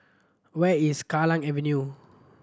where is Kallang Avenue